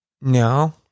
No